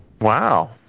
Wow